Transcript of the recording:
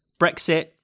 Brexit